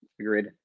Agreed